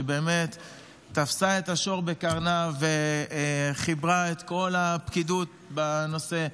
שבאמת תפסה את השור בקרניו וחיברה עם כל הפקידות בנושא,